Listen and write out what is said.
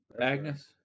Agnes